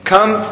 Come